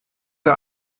der